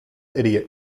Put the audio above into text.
idiot